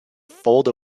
fold